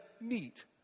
meet